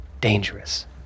dangerous